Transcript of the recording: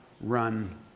run